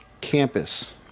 campus